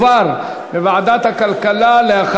לדיון מוקדם בוועדת הכלכלה נתקבלה.